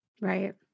Right